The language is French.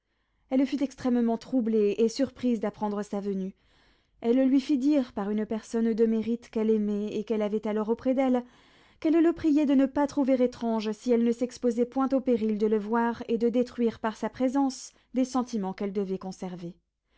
elle fut extrêmement troublée et surprise d'apprendre sa venue elle lui fit dire par une personne de mérite qu'elle aimait et qu'elle avait alors auprès d'elle qu'elle le priait de ne pas trouver étrange si elle ne s'exposait point au péril de le voir et de détruire par sa présence des sentiments qu'elle devait conserver